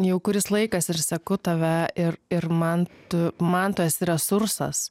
jau kuris laikas ir seku tave ir ir man tu man tu esi resursas